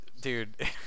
Dude